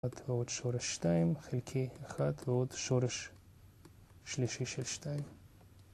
ועוד שורש 2 חלקי 1 ועוד שורש שלישי של 2